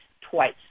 twice